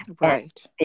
Right